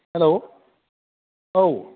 हेल' औ